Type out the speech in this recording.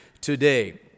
today